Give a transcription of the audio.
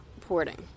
porting